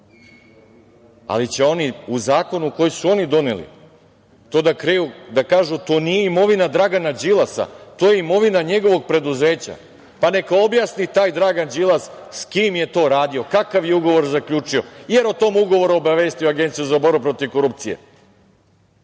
Ali će oni u zakonu koji su sami doneli da kažu da to nije imovina Dragana Đilasa, da je to imovina njegovog preduzeća. Pa, neka objasni taj Dragan Đilas s kim je to radio, kakav je ugovor zaključio, jel o tom ugovoru obavestio Agenciju za borbu protiv korupcije?